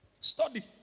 Study